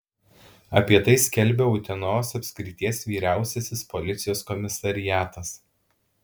apie tai skelbia utenos apskrities vyriausiasis policijos komisariatas